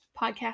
podcast